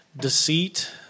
deceit